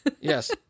Yes